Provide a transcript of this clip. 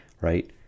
right